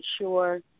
sure